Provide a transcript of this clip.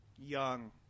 young